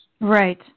Right